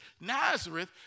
Nazareth